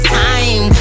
time